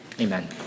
Amen